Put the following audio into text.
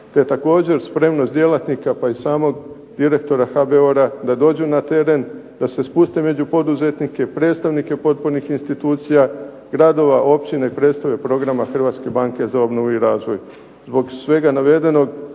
te također spremnost djelatnika pa i samog direktora HBOR-a da dođu na teren da se spuste među poduzetnike, predstavnike potpornih institucija, gradova, općina i predstave programe HBOR-a. Zbog svega navedenog